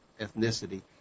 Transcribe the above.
ethnicity